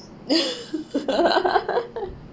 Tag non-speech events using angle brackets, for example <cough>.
<laughs>